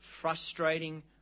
frustrating